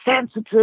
sensitive